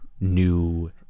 new